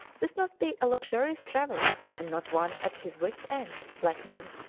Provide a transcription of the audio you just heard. this must be a luxurious traveller and not one at his wits' end, like me.